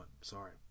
Sorry